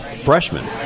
freshman